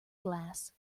glass